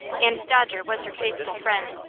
and dodger was her faithful friend,